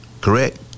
correct